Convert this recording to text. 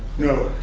no.